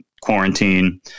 quarantine